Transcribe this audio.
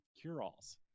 cure-alls